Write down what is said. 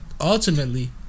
ultimately